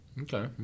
Okay